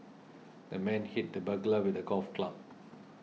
the man hit the burglar with a golf club